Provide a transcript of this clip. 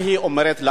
מה היא אומרת לנו,